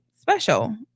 special